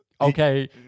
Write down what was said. okay